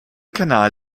kanal